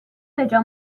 بهجا